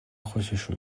خوششون